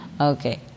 Okay